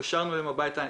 התקשרנו אליהם הביתה,